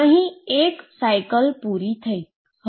અહીં એક ચક્ર પૂર્ણ થયું